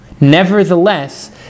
nevertheless